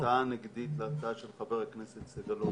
הצעה נגדית להצעה של חבר הכנסת סגלוביץ',